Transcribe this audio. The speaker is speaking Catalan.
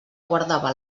guardava